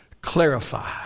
clarify